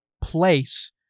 place